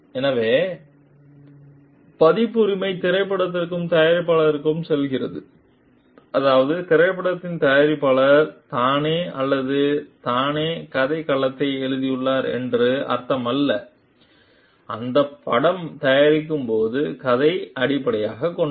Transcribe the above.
எனவே போன்ற பதிப்புரிமை திரைப்படத்தின் தயாரிப்பாளருக்கு செல்கிறது அதாவது திரைப்படத்தின் தயாரிப்பாளர் தானே அல்லது தானே கதைக்களத்தை எழுதியுள்ளார் என்று அர்த்தமல்ல இந்த படம் தயாரிக்கப் போகும் கதையை அடிப்படையாகக் கொண்டது